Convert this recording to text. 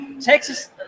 Texas